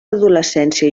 adolescència